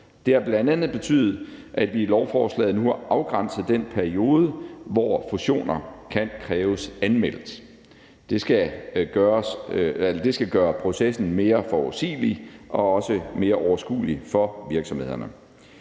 Det har bl.a. betydet, at vi i lovforslaget nu har afgrænset den periode, hvor fusioner kan kræves anmeldt. Det skal gøre processen mere forudsigelig og også mere overskuelig for virksomhederne.